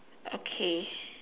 okay